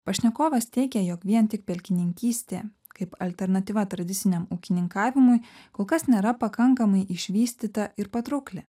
pašnekovas teigė jog vien tik pelkininkystė kaip alternatyva tradiciniam ūkininkavimui kol kas nėra pakankamai išvystyta ir patraukli